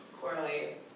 correlate